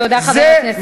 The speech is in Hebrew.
תודה, חבר הכנסת.